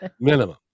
Minimum